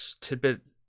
tidbit